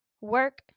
work